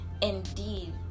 indeed